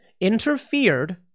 interfered